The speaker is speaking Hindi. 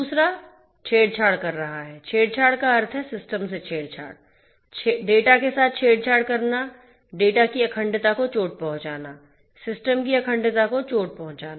दूसरा छेड़छाड़ कर रहा है छेड़छाड़ का अर्थ है सिस्टम से छेड़छाड़ डेटा के साथ छेड़छाड़ करना डेटा की अखंडता को चोट पहुंचाना सिस्टम की अखंडता को चोट पहुंचाना